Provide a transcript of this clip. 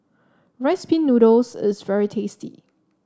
Rice Pin Noodles is very tasty